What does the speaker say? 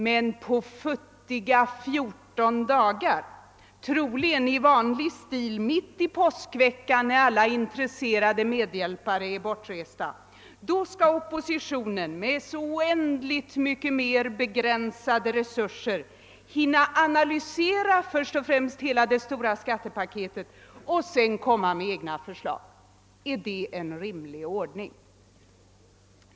Men på futtiga fjorton dagar, troligen som vanligt mitt i påskveckan när alla intresserade medhjälpare är bortresta, skall op positionen med så oändligt mycket mer begränsade resurser hinna med att först och främst analysera hela det stora skattepaketet och sedan framlägga egna förslag. är det en rimlig ordning?